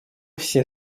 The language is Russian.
все